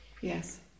yes